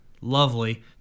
lovely